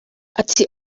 ati